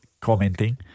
Commenting